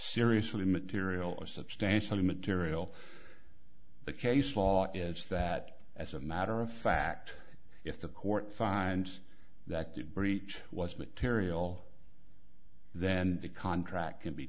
seriously material or substantial material the case law is that as a matter of fact if the court finds that the breach was material then the contract can be